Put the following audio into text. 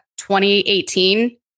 2018